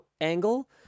angle